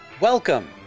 Welcome